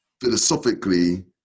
philosophically